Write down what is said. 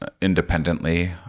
independently